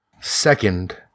Second